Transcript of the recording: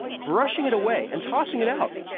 brushing it away and tossing it out!